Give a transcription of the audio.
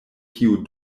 tiu